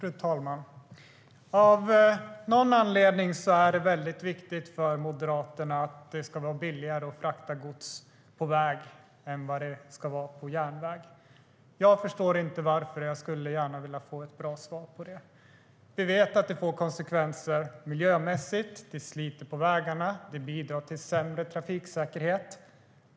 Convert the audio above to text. Fru talman! Av någon anledning är det väldigt viktigt för Moderaterna att det ska vara billigare att frakta gods på väg än på järnväg. Jag förstår inte varför, och jag skulle gärna vilja få ett bra svar på det. Vi vet att det får konsekvenser miljömässigt. Det sliter på vägarna. Det bidrar till sämre trafiksäkerhet.